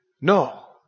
No